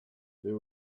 there